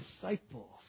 disciples